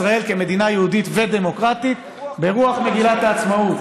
אתה נאמן למדינת ישראל כמדינה יהודית ודמוקרטית ברוח מגילת העצמאות.